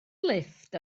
lifft